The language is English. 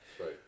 Right